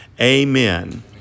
Amen